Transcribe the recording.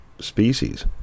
species